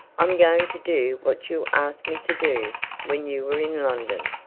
i'm going to do what you asked me to do when you were in london.